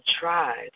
tried